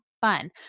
fun